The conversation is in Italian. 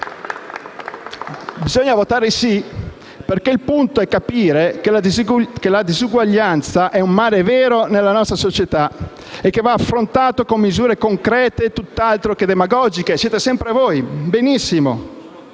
«Bisogna votare sì perché il punto è capire che la disuguaglianza è un male vero nella nostra società, che va affrontato con misure concrete tutt'altro che demagogiche»: siete sempre voi. Benissimo.